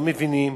לא מבינים